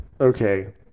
okay